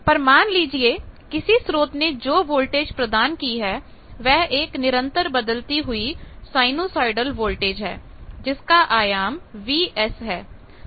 पर मान लीजिए किसी स्रोत ने जो वोल्टेज प्रदान की है वह एक निरंतर बदलती हुई साइनुसीओडल वोल्टेज है जिसका आयाम Vs है